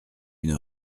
une